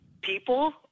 people